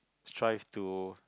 strive to